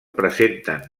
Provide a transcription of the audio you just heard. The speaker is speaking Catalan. presenten